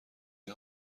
این